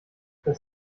das